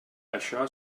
això